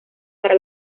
para